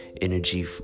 energy